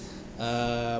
um